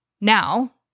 now